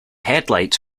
headlights